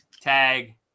Tag